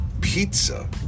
pizza